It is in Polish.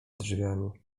drzwiami